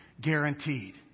guaranteed